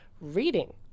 reading